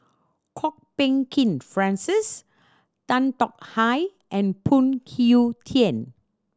Kwok Peng Kin Francis Tan Tong Hye and Phoon Kew Tien